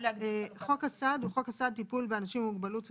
״חוק הסעד״ - חוק הסעד (טיפול באנשים עם מוגבלות שכלית-התפתחותית),